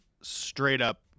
straight-up